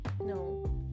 No